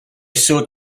sought